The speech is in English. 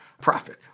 profit